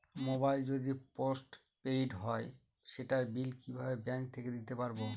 Mobile যদি post paid হয় সেটার বিল কিভাবে ব্যাংক থেকে দিতে পারব?